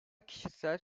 kişisel